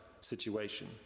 situation